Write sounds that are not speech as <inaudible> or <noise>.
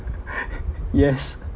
<laughs> yes <laughs>